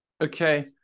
okay